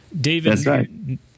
David